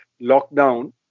lockdown